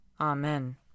Amen